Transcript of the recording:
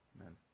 amen